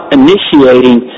initiating